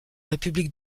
république